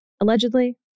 allegedly